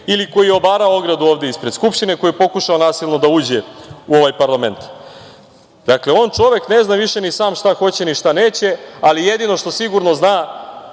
ili koji je obarao ogradu ovde ispred Skupštine, koji je pokušao nasilno da uđe u ovaj parlament. Dakle, on, čovek, ne zna više ni sam šta hoće, ni šta neće, ali jedino što sigurno zna